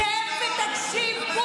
שב ותקשיב.